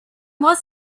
was